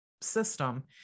system